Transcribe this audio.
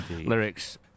lyrics